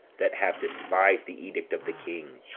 that have despised the edict of the king.